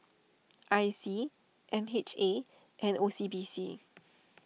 I C M H A and O C B C